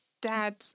dad